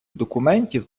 документів